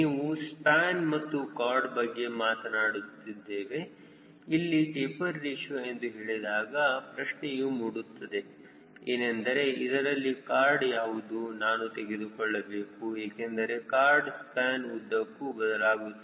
ನಾವು ಸ್ಪ್ಯಾನ್ ಮತ್ತು ಖಾರ್ಡ್ ಬಗ್ಗೆ ಮಾತನಾಡುತ್ತಿದ್ದೇವೆ ಇಲ್ಲಿ ಟೆಪರ್ ರೇಶಿಯೋ ಎಂದು ಹೇಳಿದಾಗ ಪ್ರಶ್ನೆಯೂ ಮೂಡುತ್ತದೆ ಏನೆಂದರೆ ಇದರಲ್ಲಿ ಖಾರ್ಡ್ ಯಾವುದು ನಾನು ತೆಗೆದುಕೊಳ್ಳಬೇಕು ಏಕೆಂದರೆ ಖಾರ್ಡ್ ಸ್ಪ್ಯಾನ್ ಉದ್ದಕ್ಕೂ ಬದಲಾಗುತ್ತಿದೆ